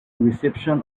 reception